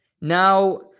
now